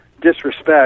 disrespect